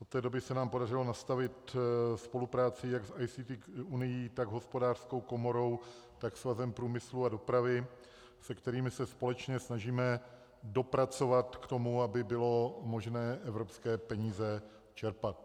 Od té doby se nám podařilo nastavit spolupráci jak s ICT Unií, tak s Hospodářskou komorou, Svazem průmyslu a dopravy, s kterými se společně snažíme dopracovat k tomu, aby bylo možné evropské peníze čerpat.